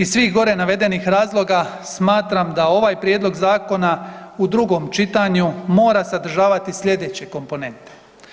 Iz svih gore navedenih razloga smatram da ovaj prijedlog zakona u drugom čitanju mora sadržavati slijedeće komponente.